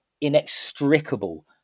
inextricable